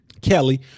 Kelly